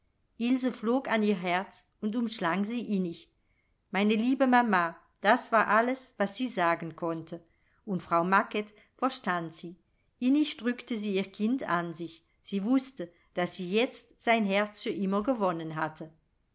flog an ihr herz und umschlang sie innig meine liebe mama das war alles was sie sagen konnte und frau macket verstand sie innig drückte sie ihr kind an sich sie wußte daß sie jetzt sein herz für immer gewonnen hatte